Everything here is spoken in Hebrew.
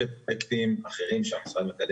כמו הרבה פרויקטים אחרים שהמשרד מקדם